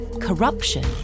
corruption